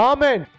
Amen